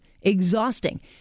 exhausting